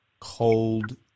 cold